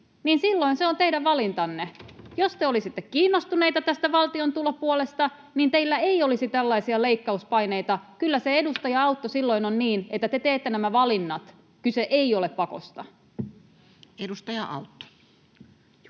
silloin se on teidän valintanne. Jos te olisitte kiinnostuneita tästä valtion tulopuolesta, niin teillä ei olisi tällaisia leikkauspaineita. Kyllä se, edustaja Autto, silloin on niin, että te teette nämä valinnat — kyse ei ole pakosta. [Speech 96]